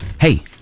Hey